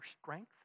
strength